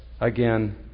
again